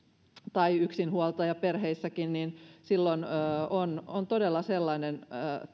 tai yksinhuoltajaperheissäkin on on todella sellainen